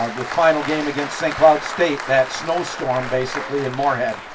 ah the final game against st cloud state that snowstorm basically in moorhead.